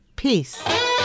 Peace